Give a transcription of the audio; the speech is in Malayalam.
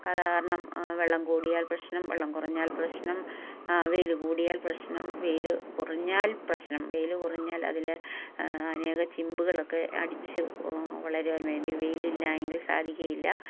അത് കാരണം വെള്ളം കൂടിയാൽ പ്രശ്നം വെള്ളം കുറഞ്ഞാൽ പ്രശ്നം വെയില് കൂടിയാൽ പ്രശ്നം വെയില് കുറഞ്ഞാൽ പ്രശ്നം വെയില് കുറഞ്ഞാൽ അതില് അനേകം ചിമ്പുകളൊക്കെ അടിച്ച് വളരുവാന് വേണ്ടി വെയിലില്ലായെങ്കിൽ സാധിക്കുകയില്ല